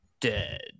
Dead